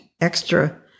extra